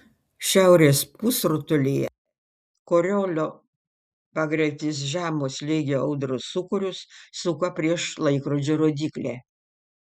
šiaurės pusrutulyje koriolio pagreitis žemo slėgio audrų sūkurius suka prieš laikrodžio rodyklę